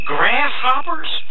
Grasshoppers